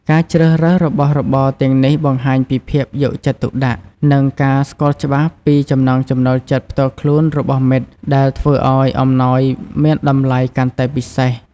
ការជ្រើសរើសរបស់របរទាំងនេះបង្ហាញពីភាពយកចិត្តទុកដាក់ និងការស្គាល់ច្បាស់ពីចំណង់ចំណូលចិត្តផ្ទាល់ខ្លួនរបស់មិត្ត ដែលធ្វើឲ្យអំណោយមានតម្លៃកាន់តែពិសេស។